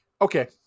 Okay